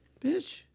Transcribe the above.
bitch